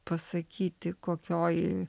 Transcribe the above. pasakyti kokioj